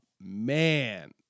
man